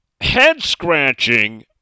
head-scratching